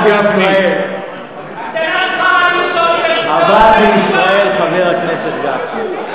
אתם רק ועד, הוועד לישראל, חבר הכנסת גפני.